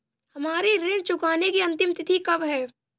हमारी ऋण चुकाने की अंतिम तिथि कब है?